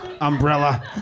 umbrella